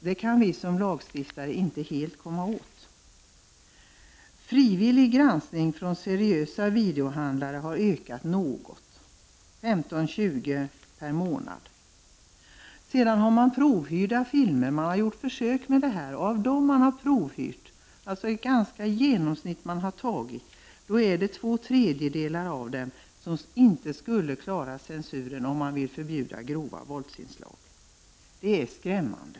Det kan vi som lagstiftare inte helt komma åt. Den frivilliga granskningen från seriösa videohandlare har ökat något, med 15-20 filmer per månad. Försök har gjorts med provhyrning. I genom snitt två tredjedelar av filmerna skulle inte klara censuren, om man därige = Prot. 1989/90:26 nom ville förbjuda grova våldsinslag. Det är skrämmande.